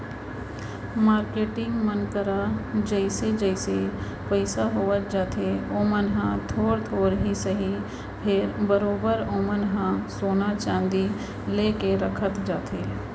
marketing मन करा जइसे जइसे पइसा होवत जाथे ओमन ह थोर थोर ही सही फेर बरोबर ओमन ह सोना चांदी लेके रखत जाथे